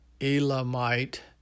Elamite